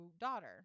daughter